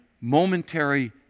momentary